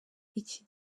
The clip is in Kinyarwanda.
iki